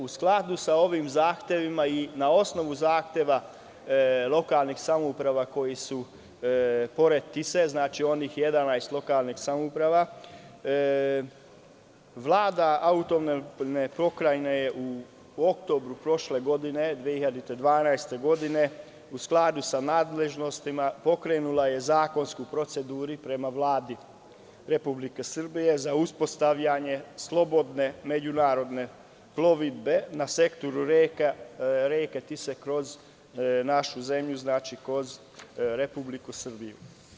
U skladu sa ovim zahtevima i na osnovu zahteva lokalnih samouprava koje su pored Tise, znači, onih 11 lokalnih samouprava, Vlada AP Vojvodine je u oktobru prošle godine 2012. u skladu sa nadležnostima pokrenula zakonsku proceduru prema Vladi Republike Srbije za uspostavljanje slobodne međunarodne plovidbe na sektoru reke Tise kroz našu zemlju, kroz Republiku Srbiju.